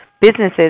businesses